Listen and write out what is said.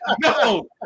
No